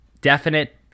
definite